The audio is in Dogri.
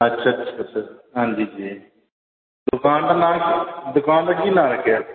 अच्छा अच्छा अच्छा हां जी दकान दा नांऽ दकान दा कि नांऽ रक्खेआ